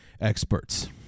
experts